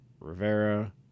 Rivera